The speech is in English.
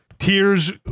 tears